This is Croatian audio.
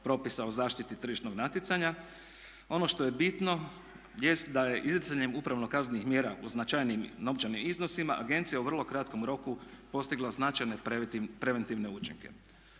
propisa o zaštiti tržišnog natjecanja. Ono što je bitno jest da je izricanjem upravno-kaznenih mjera u značajnijim novčanim iznosima agencija u vrlo kratkom roku postigla značajne preventivne učinke.